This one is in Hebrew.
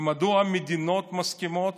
ומדוע המדינות מסכימות